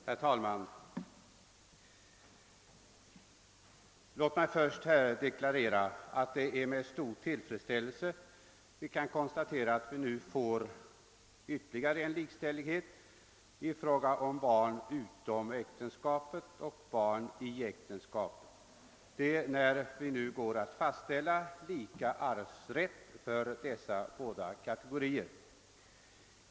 Herr talman! Låt mig först deklarera att det är med stor tillfredsställelse man kan konstatera att vi nu får likställighet i fråga om arvsrätt för barn i och utom äktenskap. Detta blir resultatet av det beslut vi nu går att fatta.